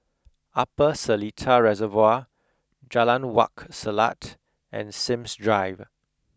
Upper Seletar Reservoir Jalan Wak Selat and Sims Drive